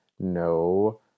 no